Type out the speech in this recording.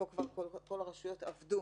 פה כבר כל הרשויות עבדו,